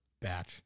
Batch